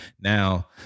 Now